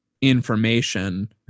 information